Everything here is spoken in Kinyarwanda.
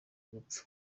gupfa